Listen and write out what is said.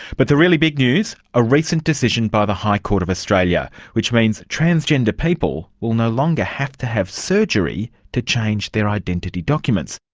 but the really big news, a recent decision by the high court of australia, which means transgender people will no longer have to have surgery to change their identity documents.